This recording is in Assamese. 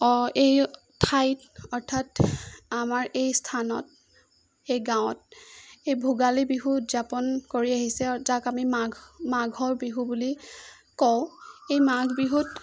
অঁ এই ঠাইত অৰ্থাৎ আমাৰ এই স্থানত এই গাঁৱত এই ভোগালী বিহু উদযাপন কৰি আহিছে যাক আমি মাঘ মাঘৰ বিহু বুলি কওঁ এই মাঘ বিহুত